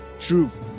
truth